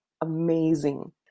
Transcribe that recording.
amazing